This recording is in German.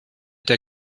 der